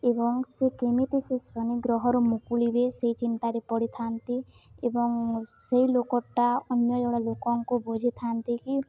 ଏବଂ ସେ କେମିତି ସେ ଶନି ଗ୍ରହରୁ ମୁକୁଳିବେ ସେଇ ଚିନ୍ତାରେ ପଡ଼ିଥାନ୍ତି ଏବଂ ସେଇ ଲୋକଟା ଅନ୍ୟ ଜଣ ଲୋକଙ୍କୁ ବୁଝିଥାନ୍ତି କି